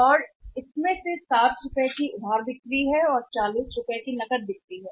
और उसमें से 60 रुपये क्रेडिट की बिक्री है और 40 रुपये नकद है